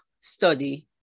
study